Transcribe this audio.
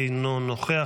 אינו נוכח.